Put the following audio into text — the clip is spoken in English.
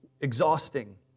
exhausting